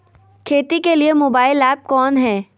खेती के लिए मोबाइल ऐप कौन है?